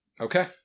Okay